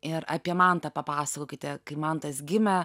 ir apie mantą papasakokite kai mantas gimė